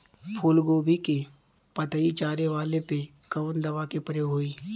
फूलगोभी के पतई चारे वाला पे कवन दवा के प्रयोग होई?